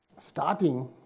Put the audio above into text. starting